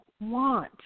want